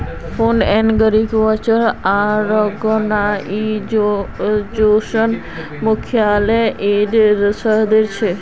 food and agriculture आर्गेनाईजेशनेर मुख्यालय इटलीर रोम शहरोत छे